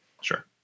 sure